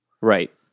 right